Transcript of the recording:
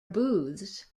booths